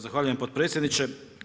Zahvaljujem potpredsjedniče.